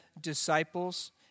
disciples